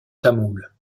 tamoul